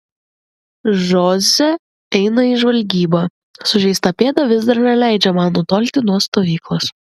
žoze eina į žvalgybą sužeista pėda vis dar neleidžia man nutolti nuo stovyklos